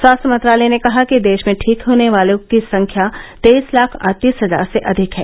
स्वास्थ्य मंत्रालय ने कहा कि देश में ठीक होने वालों की संख्या तेईस लाख अड़तीस हजार से अधिक है